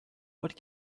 what